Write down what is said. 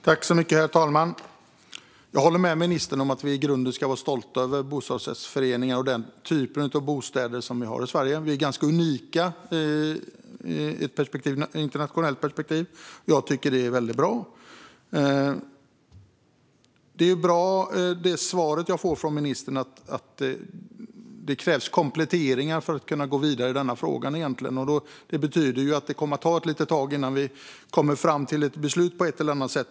Herr talman! Jag håller med ministern om att vi i grunden ska vara stolta över bostadsrättsföreningarna och den typen av bostäder som vi har i Sverige. Vi är ganska unika i ett internationellt perspektiv. Jag tycker att det är väldigt bra. Svaret jag får från ministern, att det krävs kompletteringar för att kunna gå vidare i denna fråga, är bra. Det betyder att det kommer att ta ett litet tag innan vi kommer fram till ett beslut på ett eller annat sätt.